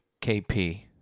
KP